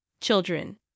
Children